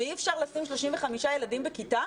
שאי אפשר לשים 35 ילדים בכיתה?